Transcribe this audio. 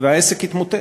והעסק יתמוטט.